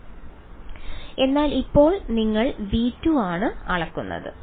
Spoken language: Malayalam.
വിദ്യാർത്ഥി എന്നാൽ ഇപ്പോൾ നിങ്ങൾ V2 ആണ് അളക്കുന്നത്